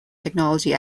technology